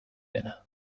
dena